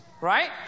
Right